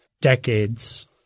decades